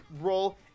role